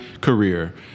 career